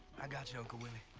i got you, uncle willie.